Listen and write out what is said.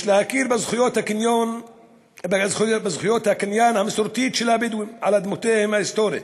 יש להכיר בזכויות הקניין המסורתיות של הבדואים על אדמותיהם ההיסטוריות,